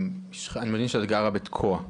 מבין שאת גרה בתקוע.